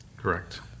Correct